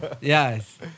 Yes